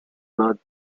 blood